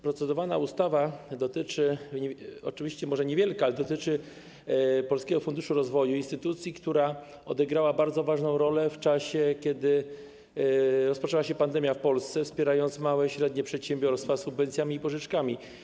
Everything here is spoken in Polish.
Procedowana ustawa, oczywiście może niewielka, dotyczy Polskiego Funduszu Rozwoju, instytucji, która odegrała bardzo ważną rolę w czasie, kiedy rozpoczęła się pandemia w Polsce, wspierając małe i średnie przedsiębiorstwa subwencjami i pożyczkami.